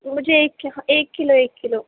مجھےایک ایک کیلو ایک کیلو